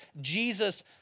Jesus